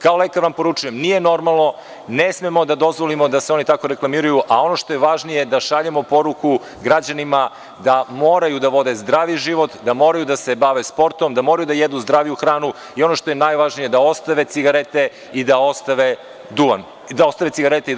Kao lekar vam poručujem, nije normalno, ne smemo da dozvolimo da se oni tako reklamiraju, a ono što je važnije da šaljemo poruku građanima da moraju da vode zdravi život, da moraju da se bave sportom, da moraju da jedu zdraviju hranu i ono što je najvažnije, da ostave cigarete i da ostave alkohol.